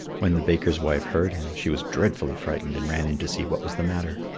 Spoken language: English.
when the baker's wife heard him, she was dreadfully frightened and ran in to see what was the matter.